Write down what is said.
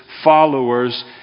followers